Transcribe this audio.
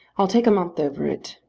i'll take a month over it.